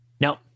No